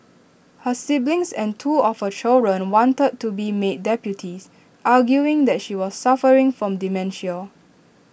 her siblings and two of her children wanted to be made deputies arguing that she was suffering from dementia